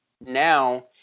now